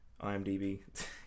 IMDB